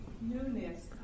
Newness